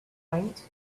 lines